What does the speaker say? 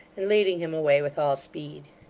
and leading him away with all speed.